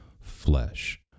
flesh